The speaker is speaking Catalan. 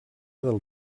del